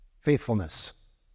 faithfulness